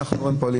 איפה הפועלים?